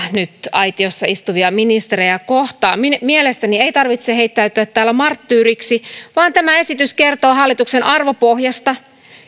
aitiossa istuvia ministerejä kohtaan mielestäni ei tarvitse heittäytyä täällä marttyyriksi vaan tämä esitys kertoo hallituksen arvopohjasta